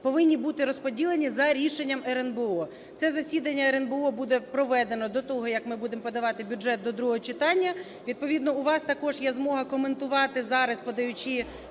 повинні бути розподілені за рішенням РНБО. Це засідання РНБО буде проведено до того, як ми будемо подавати бюджет до другого читання. Відповідно, у вас також є змога коментувати зараз, подаючи